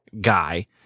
guy